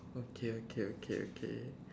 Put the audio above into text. okay okay okay okay